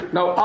Now